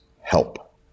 Help